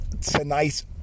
tonight